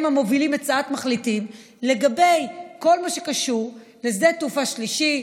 הם המובילים הצעת מחליטים לגבי כל מה שקשור לשדה תעופה שלישי,